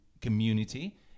community